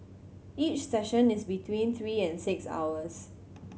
each session is between three and six hours